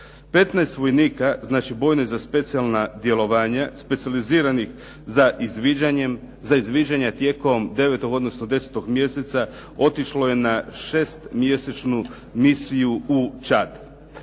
15 vojnika znači bojne za specijalna djelovanja, specijalizirani za izviđanje tijekom 9. odnosno 10. mjeseca otišlo je na 6-mjesečnu misiju u Čad.